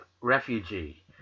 refugee